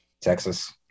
Texas